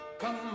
Come